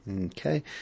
Okay